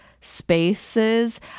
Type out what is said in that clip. spaces